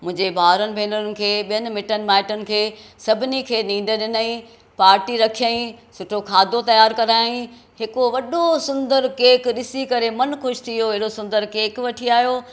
मुंहिंजे भाउर भेनरुनि खे ॿियनि मिटनि माइटनि खे सभिनिनि खे नींढ ॾिनईं पार्टी रखियई सुठो खाधो तयार करायाईं हिकु वॾो सुंदर केक ॾिसी करे मनु ख़ुशि थी वियो अहिड़ो सुंदर केक वठी आयो